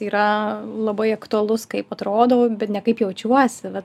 yra labai aktualus kaip atrodau bet ne kaip jaučiuosi va